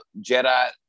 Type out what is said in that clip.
Jedi